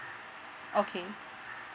okay